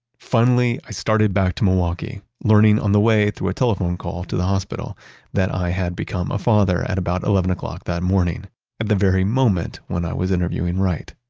finally i started back to milwaukee, learning on the way through a telephone call to the hospital that i had become a father at about eleven o'clock that morning. at the very moment when i was interviewing, wright.